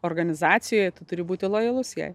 organizacijoje turi būti lojalus jai